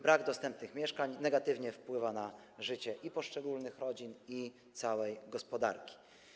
Brak dostępnych mieszkań negatywnie wpływa na życie i poszczególnych rodzin, i całej gospodarki.